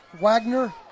Wagner –